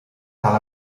cal